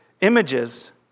images